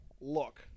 look